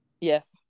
Yes